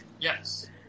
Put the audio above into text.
Yes